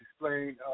explain